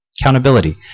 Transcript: Accountability